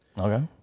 Okay